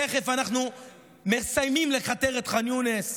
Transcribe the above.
תכף אנחנו מסיימים לכתר את ח'אן יונס,